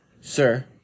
Sir